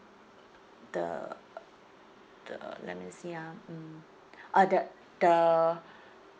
the the let me see ah um uh the the